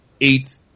eight